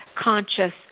conscious